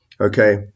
Okay